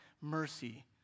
mercy